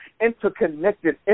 interconnected